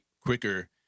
quicker